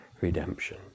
redemption